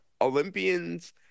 Olympians